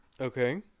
Okay